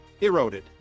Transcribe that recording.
eroded